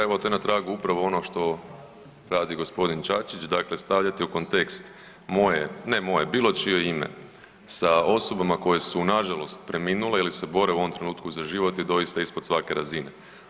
Evo to je na tragu upravo onog što radi gospodin Čačić, dakle stavljate u kontekst moje, ne moje, bilo čije ime sa osobama koje su nažalost preminule ili se bore u ovom trenutku za život je doista ispod svake razine.